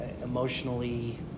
emotionally